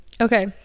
okay